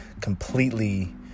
completely